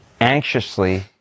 anxiously